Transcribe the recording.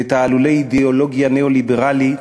ותעלולי אידיאולוגיה ניאו-ליברלית,